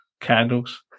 candles